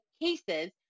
cases